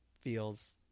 feels